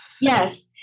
Yes